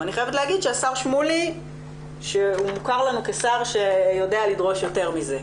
ואני חייבת להגיד שהשר שמולי שמוכר לנו כשר שיודע לדרוש יותר מזה.